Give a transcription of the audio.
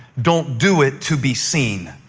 don't do it to be seen.